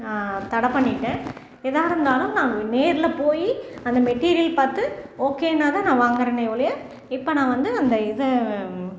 தடை பண்ணிவிட்டேன் எதாக இருந்தாலும் நாங்கள் நேரில் போய் அந்த மெட்டீரியல் பார்த்து ஓகேனா தான் நான் வாங்கிறேனே ஒழிய இப்போ நான் வந்து அந்த இதை